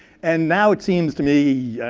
and now it seems to me,